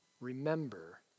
remember